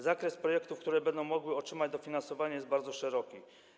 Zakres projektów, które będą mogły otrzymać dofinansowanie, jest bardzo szeroki.